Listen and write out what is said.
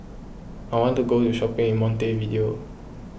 I want to go shopping in Montevideo